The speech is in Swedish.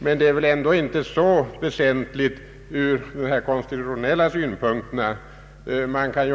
Men den erfarenheten är inte så väsentlig ur konstitutionella synpunkter.